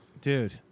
dude